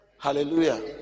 Hallelujah